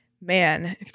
man